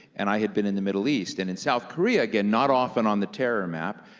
and i had been in the middle east, and in south korea, again, not often on the terror map.